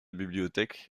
bibliothèque